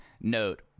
note